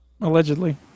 Allegedly